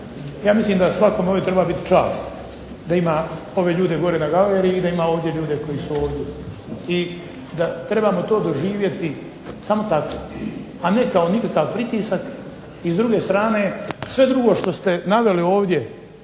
Ja mislim da svakome ovdje treba biti čast da ima ove ljude na galeriji i da ima ovdje ljude koji su ovdje i da trebamo to doživjeti samo tako, a ne kao nikakav pritisak. I s druge strane, sve ovo što ste naveli ovdje